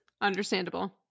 understandable